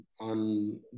on